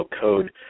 code